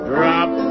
Drop